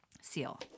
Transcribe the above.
seal